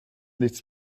nichts